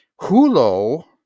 Hulo